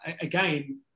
Again